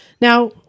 Now